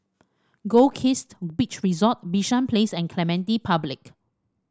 Goldkist Beach Resort Bishan Place and Clementi Public